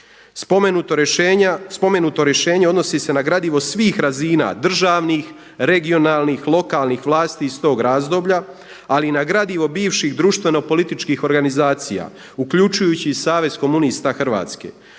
Spomenuto rješenje odnosi se na gradivo svih razina državnih, regionalnih, lokalnih vlasti iz tog razdoblja, ali i na gradivo bivših društvenopolitičkih organizacija uključujući i Savez komunista Hrvatske,